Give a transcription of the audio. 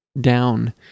down